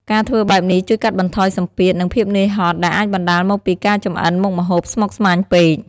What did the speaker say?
ការធ្វើបែបនេះជួយកាត់បន្ថយសម្ពាធ និងភាពនឿយហត់ ដែលអាចបណ្ដាលមកពីការចម្អិនមុខម្ហូបស្មុគស្មាញពេក ។